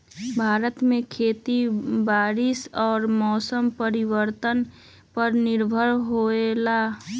भारत में खेती बारिश और मौसम परिवर्तन पर निर्भर होयला